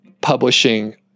publishing